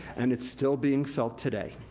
and it's still being felt today.